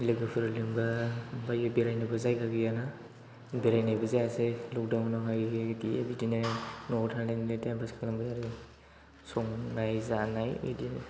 लोगोफोर लिंबा ओमफ्राय बेरायनोबो जायगा गैयाना बेरायनायबो जायासै लकदाउन आवहायो गैया बिदिनो न'आव थानानैनो टाइम पास खालामबाय आरो संनाय जानाय बिदिनो